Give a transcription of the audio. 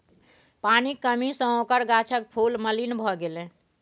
पानिक कमी सँ ओकर गाछक फूल मलिन भए गेलै